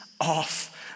off